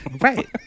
Right